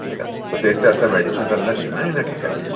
ठीकु आहे तेसिताईं असां मैडिसन त न ॾींदा हिन खे काई